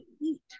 eat